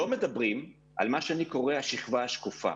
לא מדברים על מה שאני קורא: השכבה השקופה.